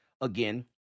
again